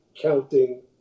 counting